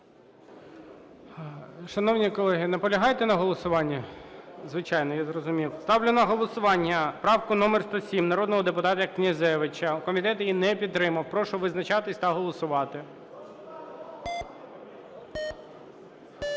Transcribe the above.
Шановні колеги, наполягаєте на голосуванні? Звичайно. Я зрозумів. Ставлю на голосування правку номер 107 народного депутата Князевича. Комітет її не підтримав. Прошу визначатись та голосувати.